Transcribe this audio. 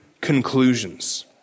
conclusions